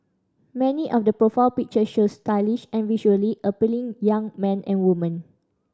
many of the profile pictures show stylish and visually appealing young men and women